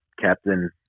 captain